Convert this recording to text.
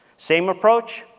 same approach,